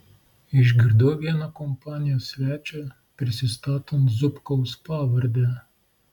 išgirdau vieną kompanijos svečią prisistatant zubkaus pavarde